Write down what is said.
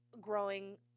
growing